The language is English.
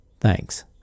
Thanks